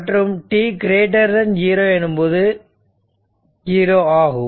மற்றும் t0 எனும்போது 0 ஆகும்